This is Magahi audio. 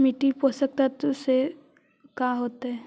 मिट्टी पोषक तत्त्व से का होता है?